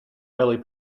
early